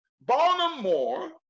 Baltimore